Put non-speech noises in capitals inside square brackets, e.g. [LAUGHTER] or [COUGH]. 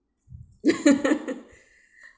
[LAUGHS]